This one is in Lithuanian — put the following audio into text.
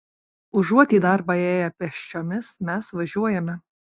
užuot į darbą ėję pėsčiomis mes važiuojame